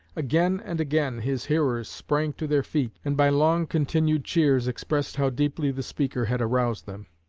again and again his hearers sprang to their feet, and by long continued cheers expressed how deeply the speaker had aroused them.